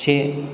से